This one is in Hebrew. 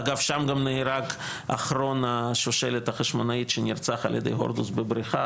אגב שם גם נהרג אחרון השושלת החשמונאית שנרצח על ידי הורדוס בבריכה,